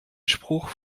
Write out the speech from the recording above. spruch